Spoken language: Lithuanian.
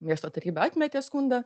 miesto taryba atmetė skundą